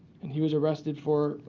and he was arrested for